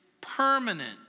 permanent